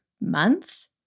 month